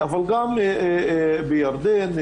אבל בתוך המאבק שניהלנו עם המל"ג,